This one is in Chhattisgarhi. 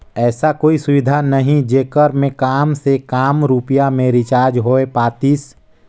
ऐसा कोई सुविधा नहीं जेकर मे काम से काम रुपिया मे रिचार्ज हो पातीस?